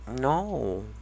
No